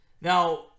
now